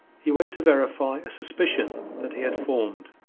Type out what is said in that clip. he went to verify a suspicion that he had formed,